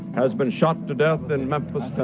has been shot to death in memphis,